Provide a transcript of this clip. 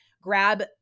grab